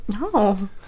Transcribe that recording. No